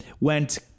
went